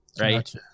right